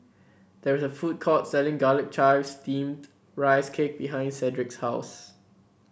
there is a food court selling Garlic Chives Steamed Rice Cake behind Cedric's house